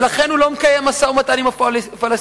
ולכן הוא לא מקיים משא-ומתן עם הפלסטינים.